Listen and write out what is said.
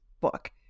book